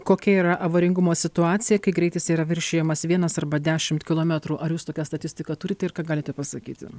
kokia yra avaringumo situacija kai greitis yra viršijamas vienas arba dešimt kilometrų ar jūs tokią statistiką turite ir ką galite pasakyti